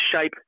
shape